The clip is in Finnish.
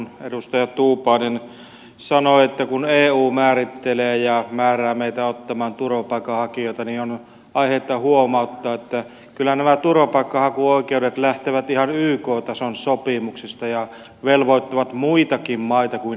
kun edustaja tuupainen sanoi että eu määrää meitä ottamaan turvapaikanhakijoita niin on aihetta huomauttaa että kyllä nämä turvapaikanhakuoikeudet lähtevät ihan yk tason sopimuksista ja velvoittavat muitakin maita kuin eu maita